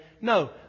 No